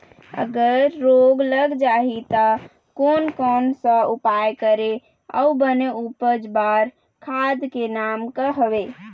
अगर रोग लग जाही ता कोन कौन सा उपाय करें अउ बने उपज बार खाद के नाम का हवे?